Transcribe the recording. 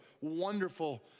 wonderful